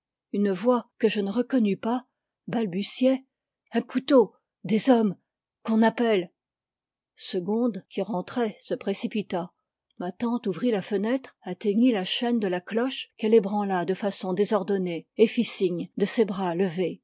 une voix que je ne reconnus pas balbutiait un couteau des hommes qu'on appelle segonde qui rentrait se précipita ma tante ouvrit la fenêtre atteignit la chaîne de la cloche qu'elle ébranla de façon désordonnée et fit signe de ses bras levés